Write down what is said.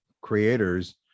creators